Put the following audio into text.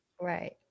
Right